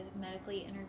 medically